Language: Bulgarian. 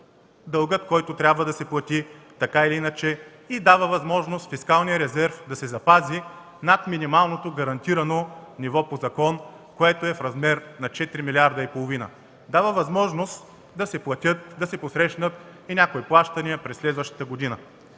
дълга, който трябва да се плати, така или иначе, и дава възможност фискалният резерв да се запази над минималното гарантирано ниво по закон, което е в размер на 4,5 млрд. лв. Дава възможност да се платят и посрещнат някои плащания през следващата година.